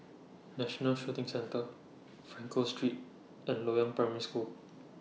National Shooting Centre Frankel Street and Loyang Primary School